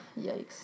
Yikes